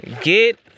Get